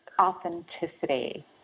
authenticity